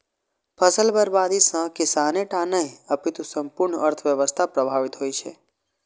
फसल बर्बादी सं किसाने टा नहि, अपितु संपूर्ण अर्थव्यवस्था प्रभावित होइ छै